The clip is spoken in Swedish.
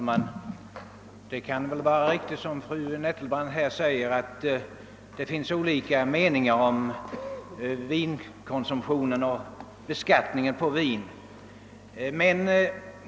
Herr talman! Det kan vara riktigt som fru Nettelbrandt säger att det finns: olika meningar om vinkonsumtionen och skatten på vin.